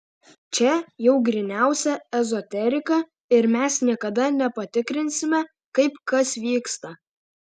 čia jau gryniausia ezoterika ir mes niekada nepatikrinsime kaip kas vyksta